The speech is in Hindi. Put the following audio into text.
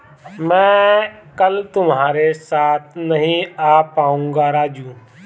मैं कल तुम्हारे साथ नहीं आ पाऊंगा राजू